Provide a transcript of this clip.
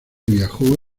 viajó